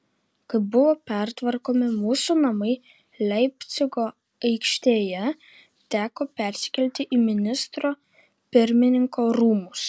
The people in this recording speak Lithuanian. kai buvo pertvarkomi mūsų namai leipcigo aikštėje teko persikelti į ministro pirmininko rūmus